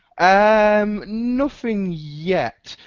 um nothing yet,